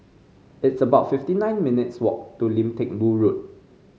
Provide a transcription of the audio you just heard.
it's about fifty nine minutes' walk to Lim Teck Boo Road